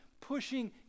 pushing